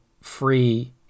free